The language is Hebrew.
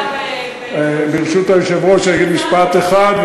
ברשות היושב-ראש אגיד משפט אחד,